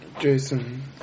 Jason